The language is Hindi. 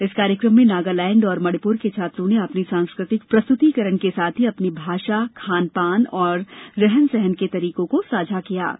इस कार्यक्रम में नागालैंड एवं मणिपुर के छात्रों ने अपनी सांस्कृतिक प्रस्तुतीकरण के साथ ही अपनी भाषा खान पान और रहन सहन के तरीकों को साझा किए